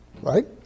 Right